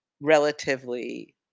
relatively